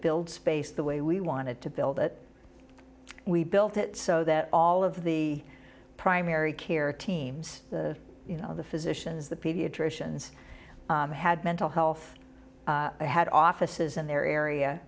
build space the way we wanted to build it we built it so that all of the primary care teams you know the physicians the pediatricians had mental health had offices in their area